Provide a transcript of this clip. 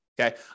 Okay